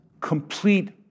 complete